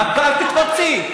אל תתפרצי.